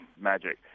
magic